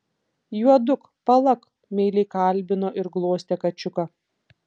juoduk palak meiliai kalbino ir glostė kačiuką